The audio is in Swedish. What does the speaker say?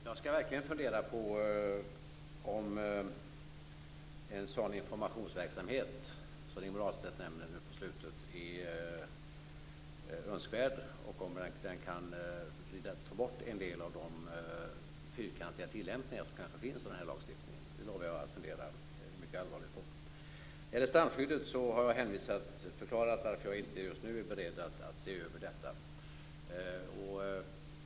Jag skall verkligen fungera på om en sådan informationsverksamhet som Rigmor Ahlstedt nämner på slutet är önskvärd och om den kan ta bort en del av de fyrkantiga tillämpningar som kanske finns av den här lagstiftningen. Jag lovar att fundera mycket allvarligt på det. När det gäller strandskyddet har jag förklarat varför jag inte just nu är beredd att se över detta.